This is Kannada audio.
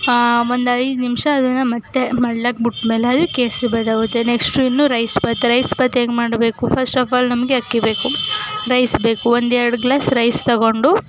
ಒಂದು ಐದು ನಿಮಿಷ ಅದನ್ನು ಮತ್ತೆ ಮಳ್ಳೋಕ್ ಬಿಟ್ಮೇಲೆ ಅದು ಕೇಸರಿಬಾತಾಗುತ್ತೆ ನೆಕ್ಸ್ಟು ಇನ್ನು ರೈಸ್ ಬಾತು ರೈಸ್ ಬಾತು ಹೇಗೆ ಮಾಡಬೇಕು ಫಸ್ಟ್ ಆಫ್ ಆಲ್ ನಮಗೆ ಅಕ್ಕಿ ಬೇಕು ರೈಸ್ ಬೇಕು ಒಂದೆರಡು ಗ್ಲಾಸ್ ರೈಸ್ ತೊಗೊಂಡು